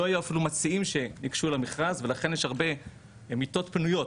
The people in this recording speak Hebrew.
לא היו אפילו כמה מציעים שניגשו למכרז ולכן יש הרבה מיטות פנויות,